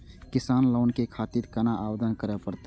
किसान लोन के खातिर केना आवेदन करें परतें?